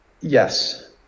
yes